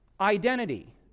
identity